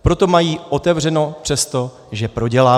Proto mají otevřeno, přestože prodělávají.